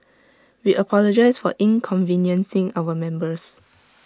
we apologise for inconveniencing our members